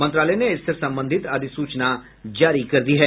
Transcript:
मंत्रालय ने इससे संबंधित अधिसूचना जारी कर दी है